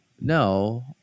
no